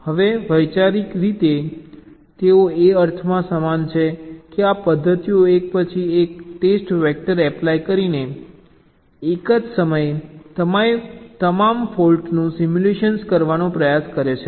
હવે વૈચારિક રીતે તેઓ એ અર્થમાં સમાન છે કે આ પદ્ધતિઓ એક પછી એક ટેસ્ટ વેક્ટર એપ્લાય કરીને એક જ સમયે તમામ ફોલ્ટ્સનું સિમ્યુલેટ કરવાનો પ્રયાસ કરે છે